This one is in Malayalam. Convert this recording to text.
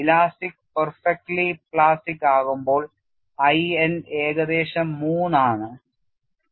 ഇലാസ്റ്റിക് പെർഫെക്ടലി പ്ലാസ്റ്റിക്ക് ആകുമ്പോൾ I n ഏകദേശം മൂന്ന് ആണ്